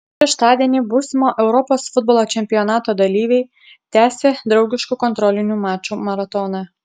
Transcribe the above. šeštadienį būsimo europos futbolo čempionato dalyviai tęsė draugiškų kontrolinių mačų maratoną